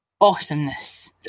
Awesomeness